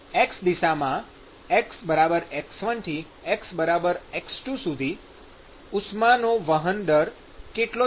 x દિશામાં xx1 થી xx2 સુધી ઉષ્માનો વહન દર કેટલો છે